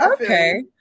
okay